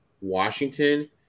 Washington